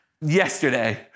yesterday